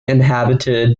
inhabited